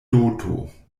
doto